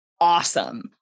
awesome